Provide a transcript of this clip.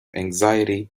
anxiety